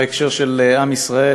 בהקשר של עם ישראל,